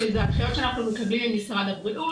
שזה --- שאנחנו מקבלים ממשרד הבריאות.